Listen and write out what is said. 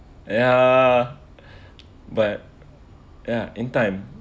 ya but ya in time